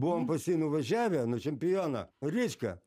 buvom pas jį nuvažiavę nu čempioną ryčka